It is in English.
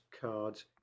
cards